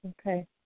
Okay